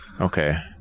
Okay